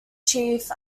chief